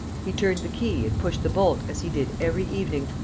he turned the key and pushed the bolt as he did every evening,